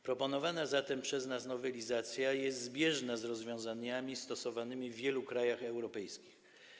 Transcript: Proponowana zatem przez nas nowelizacja jest zbieżna z rozwiązaniami stosowanymi w wielu krajach europejskich.